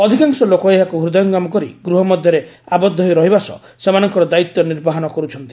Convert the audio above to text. ଅଧିକାଂଶ ଲୋକ ଏହାକୁ ହୃଦୟଙ୍ଗମ କରି ଗୃହ ମଧ୍ୟରେ ଆବଦ୍ଧ ହୋଇ ରହିବା ସହ ସେମାନଙ୍କର ଦାୟିତ୍ୱ ନିର୍ବାହନ କରୁଛନ୍ତି